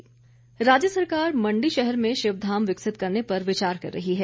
शिवधाम राज्य सरकार मंडी शहर में शिवधाम विकसित करने पर विचार कर रही है